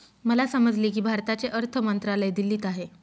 मला समजले की भारताचे अर्थ मंत्रालय दिल्लीत आहे